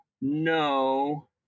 no